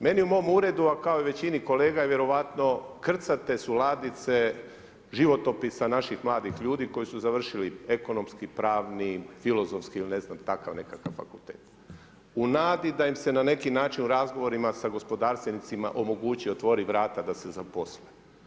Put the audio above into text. Meni u mom uredu a kao i većini kolega je vjerovatno, krcate su ladice životopisa naših mladih ljudi koji su završili ekonomski, pravni, filozofski ili takav nekakav fakultet u nadi da im se na neki način u razgovorima sa gospodarstvenicima omogući, otvori vrata da se zaposle.